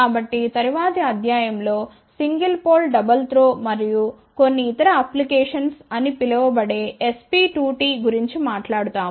కాబట్టి తరువాతి అధ్యాయం లో సింగిల్ పోల్ డబల్ త్రో మరియు కొన్ని ఇతర అప్లికేషన్స్ అని పిలువబడే SP2T గురించి మాట్లాడు తాము